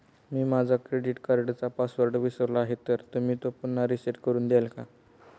मी माझा क्रेडिट कार्डचा पासवर्ड विसरलो आहे तर तुम्ही तो पुन्हा रीसेट करून द्याल का?